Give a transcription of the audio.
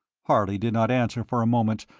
harley did not answer for a moment,